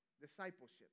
Discipleship